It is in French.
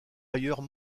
ailleurs